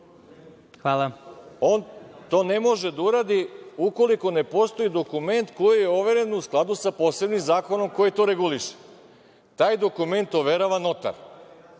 Arsić** On to ne može da uradi, ukoliko ne postoji dokument koji je overen u skladu sa posebnim zakonom koji to reguliše. Taj dokument overava notar.